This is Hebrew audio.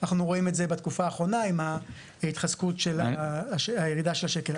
אנחנו רואים את זה בתקופה עם הירידה של השקל.